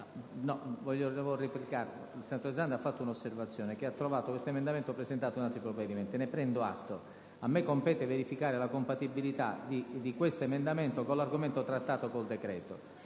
Devo replicare. Il senatore Zanda ha osservato che questo emendamento è stato presentato in altri provvedimenti: ne prendo atto. A me compete verificare la compatibilità di questo emendamento con l'argomento trattato col decreto.